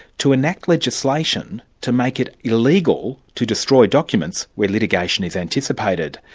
to enact legislation to make it illegal to destroy documents where litigation is anticipated.